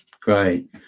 Great